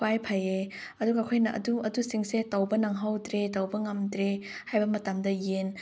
ꯈ꯭ꯋꯥꯏ ꯐꯩꯌꯦ ꯑꯗꯨꯒ ꯑꯩꯈꯣꯏꯅ ꯑꯗꯨ ꯑꯗꯨꯁꯤꯡꯁꯦ ꯇꯧꯕ ꯅꯪꯍꯧꯗ꯭ꯔꯦ ꯇꯧꯕ ꯉꯝꯗ꯭ꯔꯦ ꯍꯥꯏꯕ ꯃꯇꯝꯗ ꯌꯦꯟ